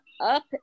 up